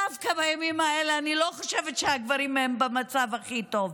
דווקא בימים האלה אני לא חושבת שהגברים הם במצב הכי טוב.